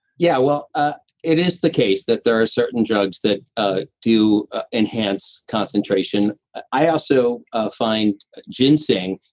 yeah, well ah it is the case that there are certain drugs that ah do enhance concentration. i also ah find ginseng,